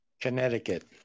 Connecticut